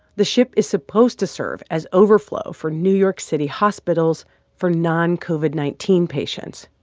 the ship is supposed to serve as overflow for new york city hospitals for non covid nineteen patients.